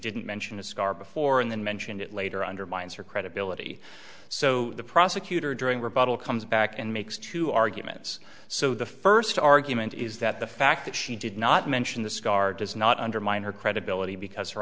didn't mention a scar before and then mentioned it later undermines your credibility so the prosecutor during rebuttal comes back and makes two arguments so the first argument is that the fact that she did not mention the scar does not undermine her credibility because her